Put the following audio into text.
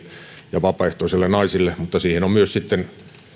ja vapaaehtoisille naisille mutta siihen on myös sitten